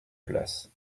place